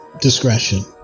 discretion